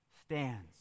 stands